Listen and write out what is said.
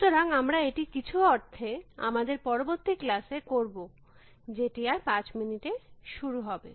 সুতরাং আমরা এটি কিছু অর্থে আমাদের পরবর্তী ক্লাস এ করব যেটি আর 5 মিনিটে শুরু হবে